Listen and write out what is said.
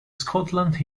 scotland